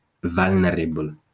vulnerable